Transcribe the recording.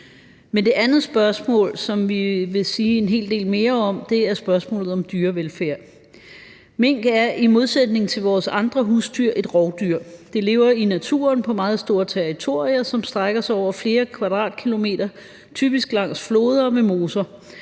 Men det andet spørgsmål, som vi vil sige en hel del mere om, er spørgsmålet om dyrevelfærd. Mink er i modsætning til vores andre husdyr et rovdyr. Det lever i naturen på meget store territorier, som strejker sig over flere kvadratkilometer, typisk langs floder med moser.